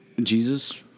Jesus